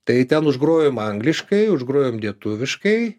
tai ten užgrojom angliškai užgrojom lietuviškai